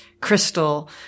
crystal